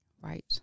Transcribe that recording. Right